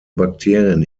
bakterien